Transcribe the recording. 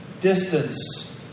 distance